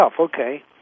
okay